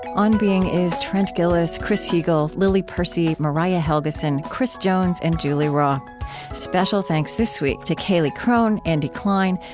on being is trent gilliss, gilliss, chris heagle, lily percy, mariah helgeson, chris jones, and julie rawe special thanks this week to cailey cron, andy kline,